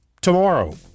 tomorrow